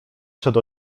przed